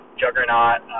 juggernaut